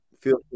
Feel